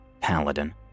Paladin